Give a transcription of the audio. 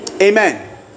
Amen